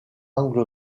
angle